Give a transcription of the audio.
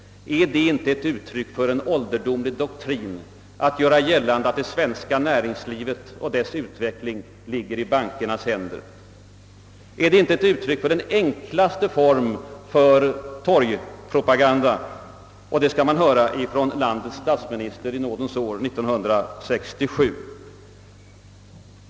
Är det inte uttryck för en ålderdomlig doktrin att göra gällande att det svenska näringslivet och dess utveckling ligger i bankernas händer? Är det inte ett uttryck för den enklaste form av torgpropaganda? Och det skall man höra från landets statsminister i nådens år 1967!